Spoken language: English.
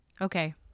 Okay